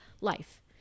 life